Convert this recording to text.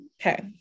Okay